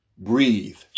breathe